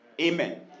Amen